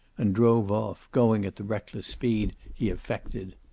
and drove off, going at the reckless speed he affected.